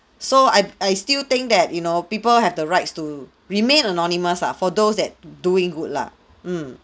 so I I still think that you know people have the rights to remain anonymous ah for those that doing good lah mm